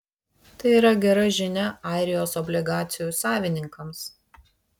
tai yra gera žinia airijos obligacijų savininkams